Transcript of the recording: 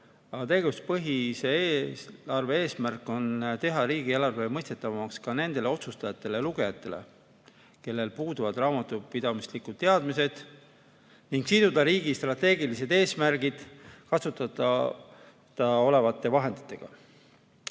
tegevuspõhise eelarve eesmärk on teha riigieelarve mõistetavamaks ka nendele otsustajatele ja lugejatele, kellel puuduvad raamatupidamislikud teadmised, ning siduda riigi strateegilised eesmärgid kasutada olevate vahenditega.